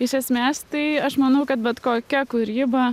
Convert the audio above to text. iš esmės tai aš manau kad bet kokia kūryba